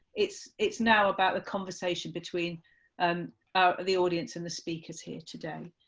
it's it's now about the conversation between and the audience and the speakers here today.